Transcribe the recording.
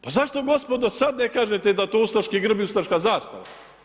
Pa zašto gospodo sad ne kažete da to ustaški grb i ustaška zastava?